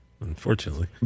Unfortunately